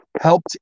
helped